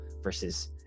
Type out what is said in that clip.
versus